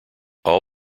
all